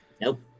nope